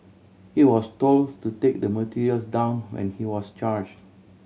he was told to take the materials down when he was charged